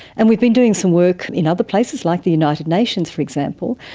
and we've been doing some work in other places, like the united nations for example,